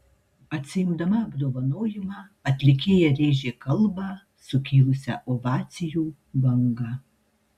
atsiimdama apdovanojimą atlikėja rėžė kalbą sukėlusią ovacijų bangą